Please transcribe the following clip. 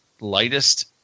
lightest